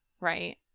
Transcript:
right